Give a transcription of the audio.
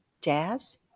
jazz